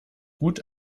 gut